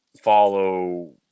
follow